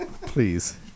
Please